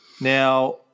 Now